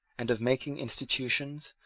and of making institutions,